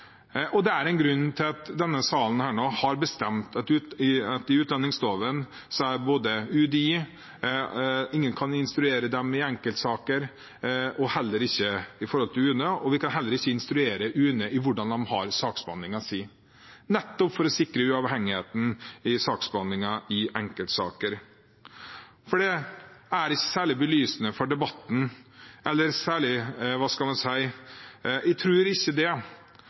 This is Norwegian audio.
grunn til at denne sal har bestemt i utlendingsloven at ingen kan instruere UDI i enkeltsaker, heller ikke i forhold til UNE. Vi kan ikke instruere UNE i hvordan de utfører saksbehandlingen sin – nettopp for å sikre uavhengig saksbehandling i enkeltsaker. Det er ikke særlig belysende for debatten, og jeg tror ikke at enkeltrepresentanter i denne sal har mer juridisk kompetanse, for å si det